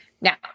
Now